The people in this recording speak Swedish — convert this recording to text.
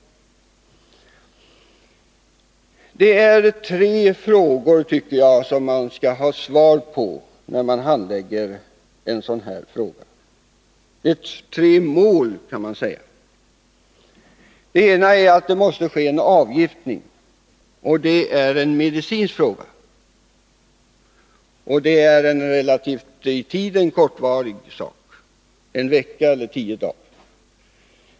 Det är tre frågor, tycker jag, som man bör få svar på när man handlägger en sådan här fråga. Det är tre mål, kan man säga. För det första måste det ske en avgiftning, och det är en medicinsk fråga. Det rör sig om en relativt kort tid — en vecka eller tio dagar.